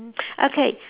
mm okay